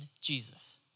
Jesus